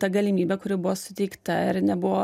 ta galimybė kuri buvo suteikta ir nebuvo